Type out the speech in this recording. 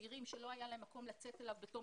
צעירים שלא היה להם מקום לצאת אליו בתום